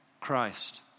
Christ